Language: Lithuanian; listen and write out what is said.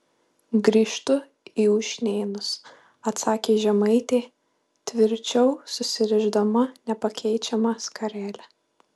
grįžtu į ušnėnus atsakė žemaitė tvirčiau susirišdama nepakeičiamą skarelę